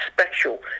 special